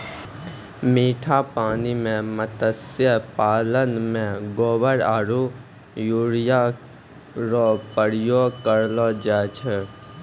मीठा पानी मे मत्स्य पालन मे गोबर आरु यूरिया रो प्रयोग करलो जाय छै